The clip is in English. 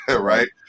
Right